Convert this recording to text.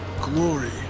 glory